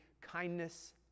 kindness